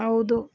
ಹೌದು